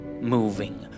moving